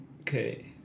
okay